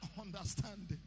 understanding